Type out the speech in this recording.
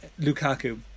Lukaku